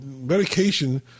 medication